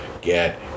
get